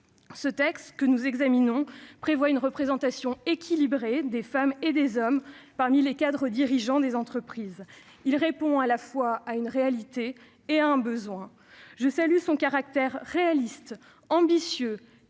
texte impose une représentation équilibrée des femmes et des hommes parmi les cadres dirigeants des entreprises. En ce sens, il répond à la fois à une réalité et à un besoin. Je salue son caractère réaliste, ambitieux